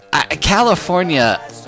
California